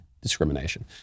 discrimination